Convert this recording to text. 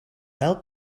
fel